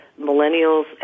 millennials